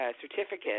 certificate